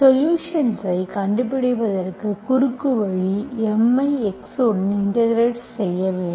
சொலுஷன்ஸ்ஐக் கண்டுபிடிப்பதற்கான குறுக்குவழி M ஐ x உடன் இன்டெகிரெட் செய்ய வேண்டும்